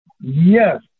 Yes